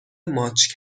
ماچ